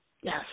Yes